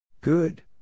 Good